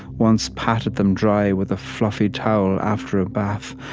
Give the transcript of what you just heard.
once patted them dry with a fluffy towel after a bath,